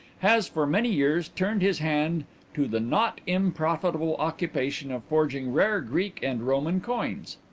has for many years turned his hand to the not unprofitable occupation of forging rare greek and roman coins.